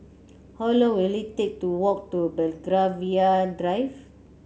how long will it take to walk to Belgravia Drive